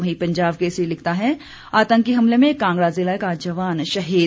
वहीं पंजाब केसरी लिखता आतंकी हमले में कांगड़ा जिला का जवान शहीद